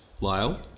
Lyle